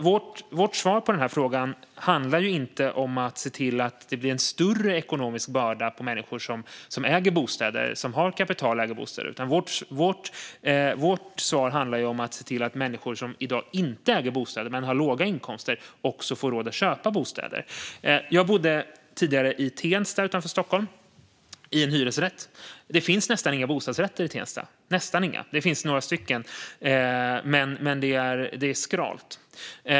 Vårt svar på frågan handlar inte om att skapa en större ekonomisk börda för människor som har kapital och äger bostäder, utan vårt svar handlar om att se till att människor som i dag inte äger bostäder men har låga inkomster också får råd att köpa bostäder. Jag bodde tidigare i hyresrätt i Tensta utanför Stockholm. Det finns nästan inga bostadsrätter i Tensta. Det finns några stycken, men det är skralt.